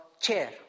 chair